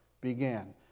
began